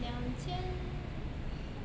两千